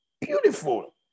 Beautiful